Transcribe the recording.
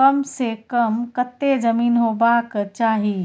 कम से कम कत्ते जमीन होबाक चाही?